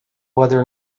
weather